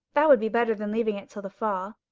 that would be better than leaving it till the fall.